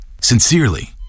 Sincerely